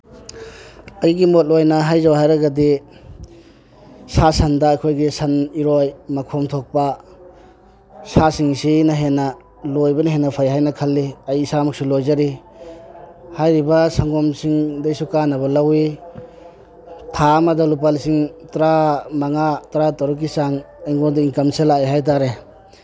ꯑꯩꯒꯤ ꯃꯣꯠ ꯑꯣꯏꯅ ꯍꯥꯏꯖꯧ ꯍꯥꯏꯔꯒꯗꯤ ꯁꯥ ꯁꯟꯗ ꯑꯩꯈꯣꯏꯒꯤ ꯁꯟ ꯏꯔꯣꯏ ꯃꯈꯣꯝ ꯊꯣꯛꯄ ꯁꯥꯁꯤꯡꯁꯤꯅ ꯍꯦꯟꯅ ꯂꯣꯏꯕꯅ ꯍꯦꯟꯅ ꯐꯩ ꯍꯥꯏꯅ ꯈꯜꯂꯤ ꯑꯩ ꯏꯁꯥꯃꯛꯁꯨ ꯂꯣꯏꯖꯔꯤ ꯍꯥꯏꯔꯤꯕ ꯁꯪꯒꯣꯝꯁꯤꯡꯗꯒꯤꯁꯨ ꯀꯥꯅꯕ ꯂꯧꯏ ꯊꯥ ꯑꯃꯗ ꯂꯨꯄꯥ ꯂꯤꯁꯤꯡ ꯇꯔꯥꯃꯉꯥ ꯇꯔꯥꯇꯔꯨꯛꯀꯤ ꯆꯥꯡ ꯑꯩꯉꯣꯟꯗ ꯏꯪꯀꯝꯁꯦ ꯂꯥꯛꯏ ꯍꯥꯏꯇꯥꯔꯦ